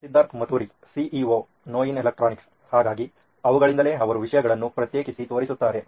ಸಿದ್ಧಾರ್ಥ್ ಮತುರಿ ಸಿಇಒ ನೋಯಿನ್ ಎಲೆಕ್ಟ್ರಾನಿಕ್ಸ್ ಹಾಗಾಗಿ ಬುಕ್ ಮಾರ್ಕಿಂಗ್ ಅವುಗಳಿಂದಲೇ ಅವರು ವಿಷಯಗಳನ್ನು ಪ್ರತ್ಯೇಕಿಸಿ ತೋರಿಸುತ್ತಾರೆ